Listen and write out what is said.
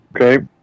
Okay